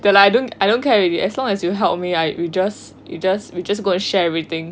I don't I don't care already as long as you help me I you just you just go and share everything